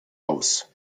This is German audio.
aus